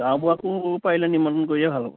গাঁওবুঢ়াকো পাৰিলে নিমন্ত্ৰণ কৰি দিয়া ভাল হ'ব